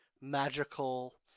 magical